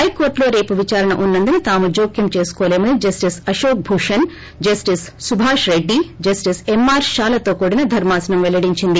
హైకోర్లులో రేపు విచారణ ఉన్న ందున తాము జోక్యం చేసుకోలేమని జస్షిస్ అశోక్ భూషణ్ జస్షిస్ సుభాష్ రెడ్డి జస్షిస్ ఎంఆర్ షా ధర్మాసనం పెల్లడించింది